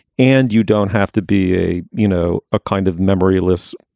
and you don't have to be a, you know, a kind of memory loss,